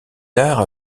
tard